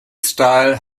style